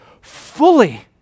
fully